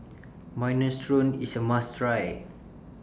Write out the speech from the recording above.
Minestrone IS A must Try